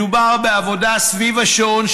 מדובר בעבודה סביב השעון,